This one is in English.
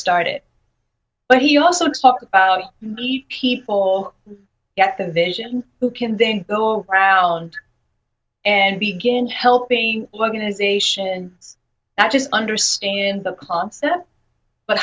started but he also talked to people who get the vision who can then go around and begin helping organization that just understand the concept but